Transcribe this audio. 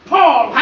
Paul